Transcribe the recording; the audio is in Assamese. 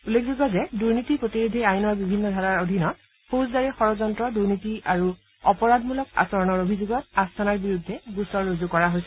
উল্লেখযোগ্য যে দুৰ্নীতি প্ৰতিৰোধী আইনৰ বিভিন্ন ধাৰাৰ অধীনত ফৌজদাৰী যড্যন্ত্ৰ দুৰ্নীতি আৰু অপৰাধমূলক আচৰণৰ অভিযোগত আস্থানাৰ বিৰুদ্ধে গোচৰ ৰুজু কৰা হৈছে